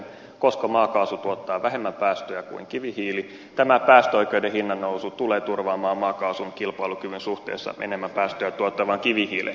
koska maakaasu tuottaa vähemmän päästöjä kuin kivihiili tämä päästöoikeuden hinnannousu tulee turvaamaan maakaasun kilpailukyvyn suhteessa enemmän päästöjä tuottavaan kivihiileen